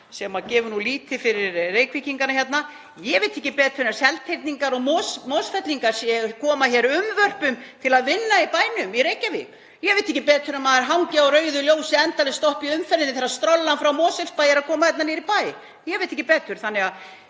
sem gefur lítið fyrir Reykvíkingana hérna. Ég veit ekki betur en að Seltirningar og Mosfellingar séu að koma unnvörpum til að vinna í bænum í Reykjavík. Ég veit ekki betur en að maður hangi á rauðu ljósi endalaust stopp í umferðinni þegar strollan frá Mosfellsbæ er að koma hérna niður í bæ. Ég veit ekki betur. Ég